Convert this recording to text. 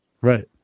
Right